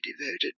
devoted